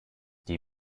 die